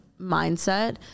mindset